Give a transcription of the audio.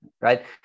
right